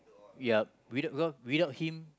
ya without because without him